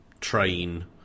train